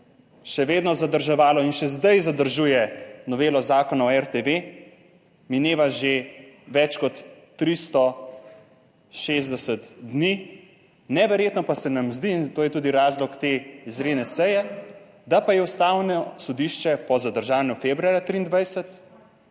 še vedno zadrževalo. Še zdaj zadržuje Novelo Zakona o RTV, mineva že več kot 300 60 dni. Neverjetno pa se nam zdi in to je tudi razlog te izredne seje, da pa je Ustavno sodišče po zadržanju februarja 2023